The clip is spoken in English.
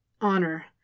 honor